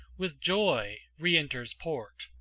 with joy re-enters port.